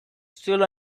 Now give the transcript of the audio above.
still